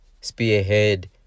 spearhead